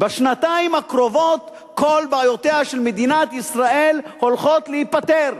בשנתיים הקרובות כל בעיותיה של מדינת ישראל הולכות להיפתר.